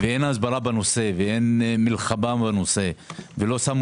הסברה בנושא ואין מלחמה בנושא ולא שמו